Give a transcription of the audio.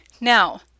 Now